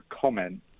comment